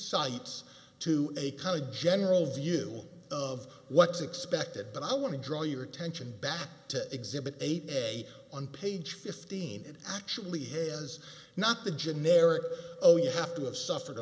cites to a kind of general view of what's expected but i want to draw your attention back to exhibit eight a on page fifteen actually has not the generic oh you have to have suffered a